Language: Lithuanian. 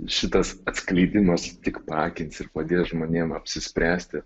šitas atskleidimas tik paakins ir padės žmonėm apsispręsti